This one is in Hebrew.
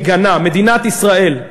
מדינת ישראל,